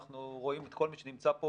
אנחנו רואים את כל מי שנמצא פה,